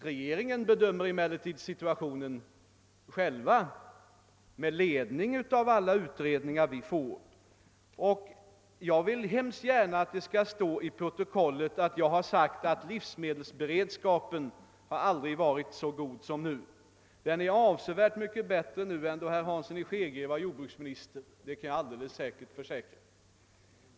Regeringen bedömer emellertid själv situationen med ledning av alla utredningar vi får, och jag vill mycket gärna att det skall stå i kammarens protokoll att jag har sagt att livsmedelsberedskapen aldrig har varit så god som nu. Den är avsevärt mycket bättre nu än när herr Hansson i Skegrie var jordbruksminister, det kan jag bestämt försäkra.